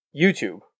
YouTube